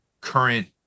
current